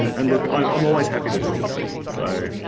and look, i'm um always happy to talk to people. so